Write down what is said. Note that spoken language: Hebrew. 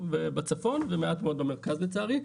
ובצפון, ומעט מאוד במרכז, לצערי.